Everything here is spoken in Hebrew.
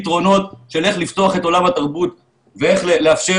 מבחינתי רוחניות וכלים לביקורת נמצאים גם ביהדות ובדתות